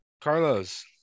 Carlos